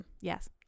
Yes